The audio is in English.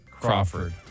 Crawford